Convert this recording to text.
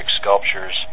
sculptures